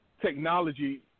technology